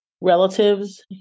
relatives